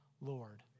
Lord